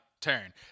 turn